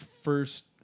first